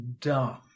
dumb